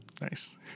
Nice